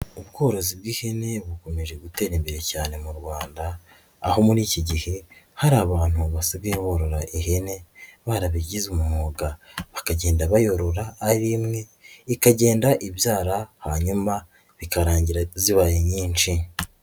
Ubworozi bw'ihene bukomeje gutera imbere cyane mu Rwanda aho muri iki gihe hari abantu basigaye borora ihene barabigize umwuga. Bakagenda bayorora ari imwe ikagenda ibyara, hanyuma bikarangira zibaye nyinshi.